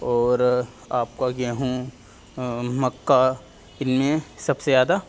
اور آپ کا گیہوں مکا ان میں سب سے زیادہ